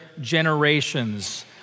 generations